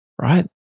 right